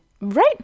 Right